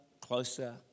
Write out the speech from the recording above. closer